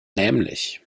nämlich